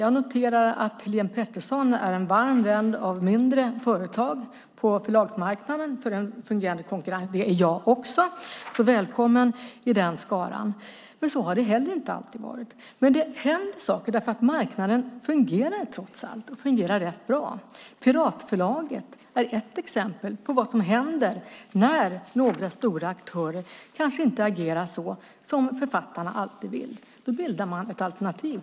Jag noterar att Helene Petersson är en varm vän av mindre företag på förlagsmarknaden för en fungerande konkurrens. Det är jag också. Välkommen i den skaran! Så har det heller inte alltid varit. Det händer saker, för marknaden fungerar trots allt rätt bra. Piratförlaget är ett exempel på vad som händer när några stora aktörer inte agerar som författarna vill. Då bildar man ett alternativ.